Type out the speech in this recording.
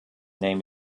name